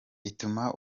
ituma